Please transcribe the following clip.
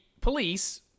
police